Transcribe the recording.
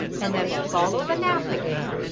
and then follow the nap again.